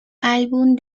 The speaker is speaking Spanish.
álbum